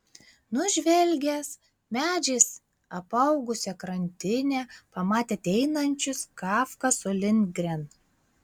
nužvelgęs medžiais apaugusią krantinę pamatė ateinančius kafką su lindgren